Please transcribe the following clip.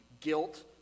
guilt